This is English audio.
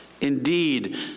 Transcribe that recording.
Indeed